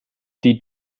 die